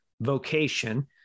vocation